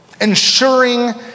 ensuring